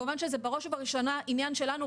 כמובן שזה בראש ובראשונה עניין שלנו,